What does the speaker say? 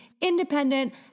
independent